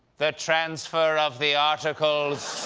the transfer of the articles.